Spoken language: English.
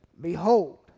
Behold